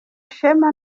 ishema